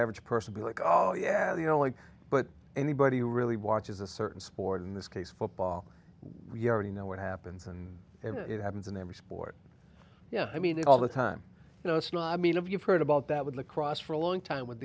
average person like oh yeah you know why but anybody who really watches a certain sport in this case football you already know what happens and it happens in every sport yeah i mean all the time you know it's not i mean if you've heard about that with the cross for a long time with